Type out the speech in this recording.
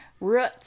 Roots